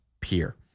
peer